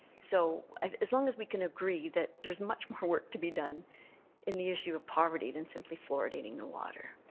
so as long as we can agree that there's much more work to be done in the issue of poverty than simply fluoridating the water.